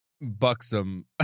Buxom